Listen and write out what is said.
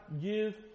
give